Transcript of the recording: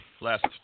last